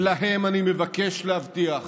ולהם אני מבקש להבטיח